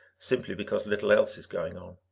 simply because little else is going on.